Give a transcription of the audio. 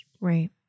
Right